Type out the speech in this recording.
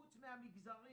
חוץ מהמגזרים